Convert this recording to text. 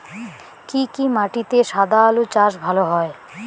কি কি মাটিতে সাদা আলু চাষ ভালো হয়?